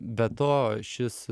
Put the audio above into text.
be to šis